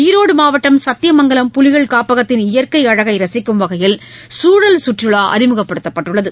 ஈரோடு மாவட்டம் சத்தியமங்கலம் புலிகள் காப்பகத்தின் இயற்கை அழகை ரசிக்கும் வகையில் சூழல் சுற்றுலா அறிமுகப்படுத்தப்பட்டுள்ளது